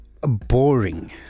boring